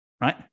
right